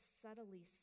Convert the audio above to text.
subtly